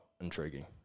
intriguing